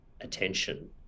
attention